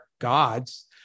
gods